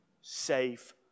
safe